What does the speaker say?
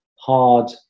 hard